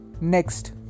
Next